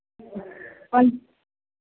कोन